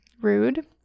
Rude